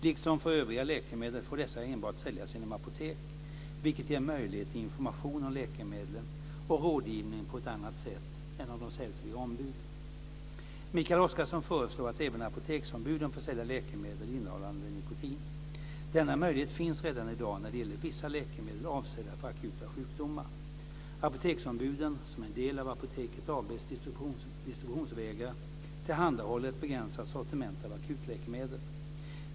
Liksom för övriga läkemedel får dessa enbart säljas genom apotek, vilket ger möjlighet till information om läkemedlen och rådgivning på ett annat sätt än om de säljs via ombud. Mikael Oscarsson föreslår att även apoteksombuden ska få sälja läkemedel innehållande nikotin. Denna möjlighet finns redan i dag när det gäller vissa läkemedel avsedda för akuta sjukdomar. Apoteksombuden, som är en del av Apoteket AB:s distributionsvägar, tillhandahåller ett begränsat sortiment av akutläkemedel.